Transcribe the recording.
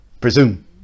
Presume